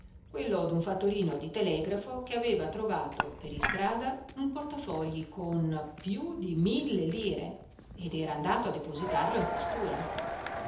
quello d'un fattorino di telegrafo che aveva trovato per istrada un portafogli con più di mille lire ed era andato a depositarlo in questura